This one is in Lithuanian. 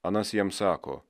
anas jam sako